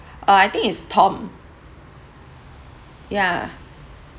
uh I think it's tom yeah